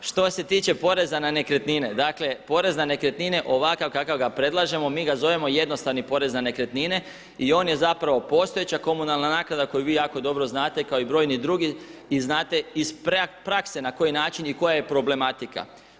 Što se tiče poreza na nekretnine, dakle, porez na nekretnine, ovakav kakvog ga predlažemo, mi ga zovemo jednostavni porez na nekretnine i on je zapravo postojeća komunalna naknada koju vi jako dobro znate kao i brojni drugi i znate iz prakse na koji način i koja je problematika.